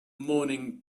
morning